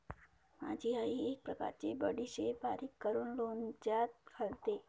माझी आई एक प्रकारची बडीशेप बारीक करून लोणच्यात घालते